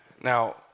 Now